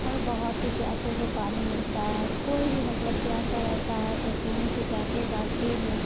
اور بہت پیاسے کو پانی ملتا ہے کوئی بھی مطلب پیاسا رہتا ہے تو کنویں سے جا کے بالٹی میں